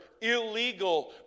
illegal